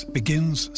begins